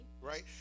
right